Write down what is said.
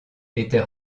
était